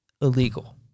illegal